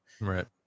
right